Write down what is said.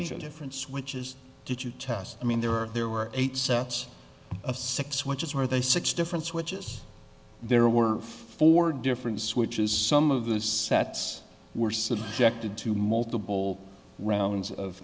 show difference which is did you tell us i mean there are there were eight sets of six which is where they six different switches there were four different switches some of those sets were subjected to multiple rounds of